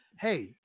hey